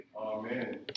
Amen